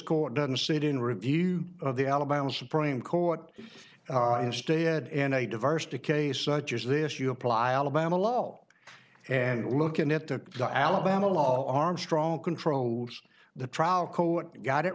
court doesn't sit in review of the alabama supreme court instead in a diverse to case such as this you apply alabama low and looking at the alabama law armstrong controls the trial coat